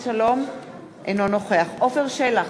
אינו נוכח עפר שלח,